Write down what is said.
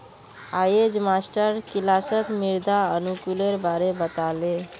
अयेज मास्टर किलासत मृदा अनुकूलेर बारे बता ले